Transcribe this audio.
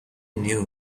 knew